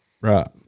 right